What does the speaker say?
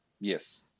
Yes